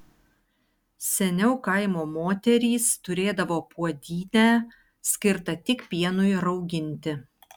seniau kaimo moterys turėdavo puodynę skirtą tik pienui rauginti